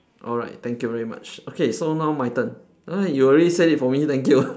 alright thank you very much okay so now my turn uh you already said it for me thank you